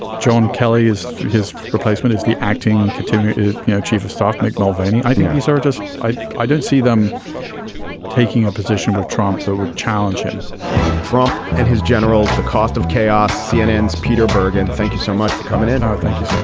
john kelly is his replacement is the acting community you know chief of staff, mick mulvaney. i think he's sort of ah just i i don't see them taking a position with trump that would challenge him trump and his generals, the cost of chaos. cnn's peter bergen, thank you so much for coming in. um thank you